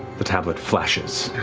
the tablet flashes.